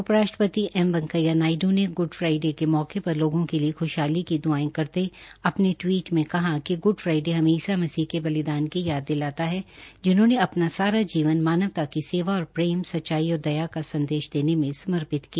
उप राष्ट्रपति वैकेंया नायडू ने ग्ड फ्राइडे के मौके पर अपने टवीट में कहा कि ग्ड फ्राइडे हमें ईसा मसीह के बलिदान की याद दिलाता है जिन्होंने अपना सारा जीवना मानवता की सेवा और प्रेम सच्चाई और दया का संदेश देने में समर्पित किया